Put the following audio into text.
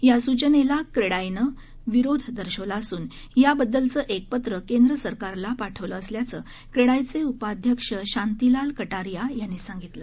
या सूचनेला क्रेडाईने विरोध दर्शवला असून त्याबद्दलचं एक पत्र केंद्र सरकारला पाठवलं असल्याचं क्रेडाईचे उपाध्यक्ष शांतीलाल कटारिया यांनी सांगितलं